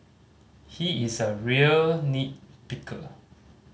he is a real nit picker